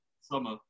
summer